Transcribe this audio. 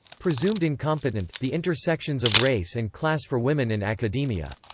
presumed incompetent the intersections of race and class for women in academia.